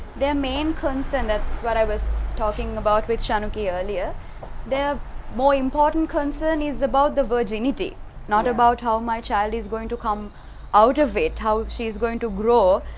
their main concern, that is what i was talking about with shanuki earlier their more important concern is about the virginity not about how my child is going to come out of it how she's going to grow.